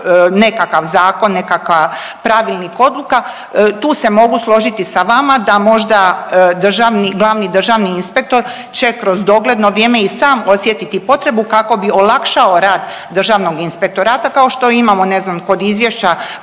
nekakav zakon, nekakva pravilnik, odluka, tu se mogu složiti sa vama, da možda državni, glavni državni inspektor će kroz dogledno vrijeme i sam osjetiti potrebu kako bi olakšao rad Državnog inspektorata kao što imamo, ne znam, kod izvješća